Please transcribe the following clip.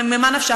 ממה נפשך?